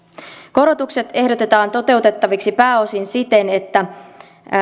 korotukset ehdotetaan toteutettaviksi pääosin siten että